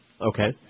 Okay